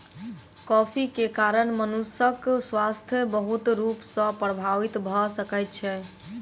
coffee के कारण मनुषक स्वास्थ्य बहुत रूप सॅ प्रभावित भ सकै छै